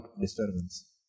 disturbance